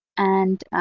and